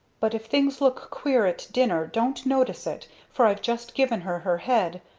but if things look queer at dinner don't notice it for i've just given her her head.